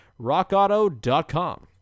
Rockauto.com